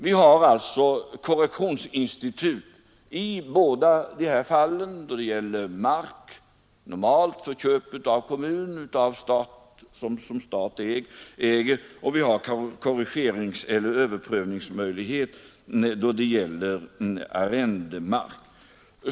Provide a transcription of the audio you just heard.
Vi har alltså korrektionsinstitut då det gäller köp av mark som kommun eller staten äger och vi har överprövningsmöjlighet då det gäller arrendemark.